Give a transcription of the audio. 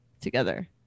together